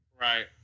Right